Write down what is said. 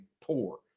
poor